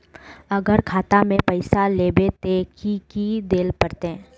अगर खाता में पैसा लेबे ते की की देल पड़ते?